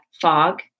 fog